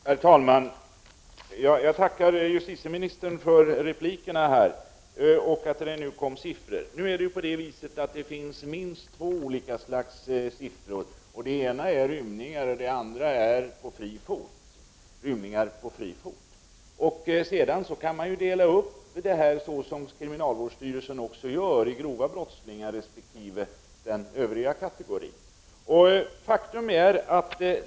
Herr talman! Jag tackar justitieministern för hennes repliker och för att hon nu presenterade siffror. Det finns minst två olika slags siffror: Antalet rymningar och antalet rymlingar på fri fot. Sedan kan man — så som kriminalvårdsstyrelsen också gör — dela upp rymlingarna i grova brottslingar resp. Övriga.